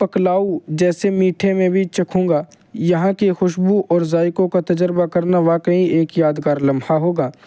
پکلاؤ جیسے میٹھے میں بھی چکھوں گا یہاں کی خوشبو اور ذائقوں کا تجربہ کرنا واقعی ایک یادگار لمحہ ہوگا